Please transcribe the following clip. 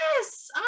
yes